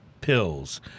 Pills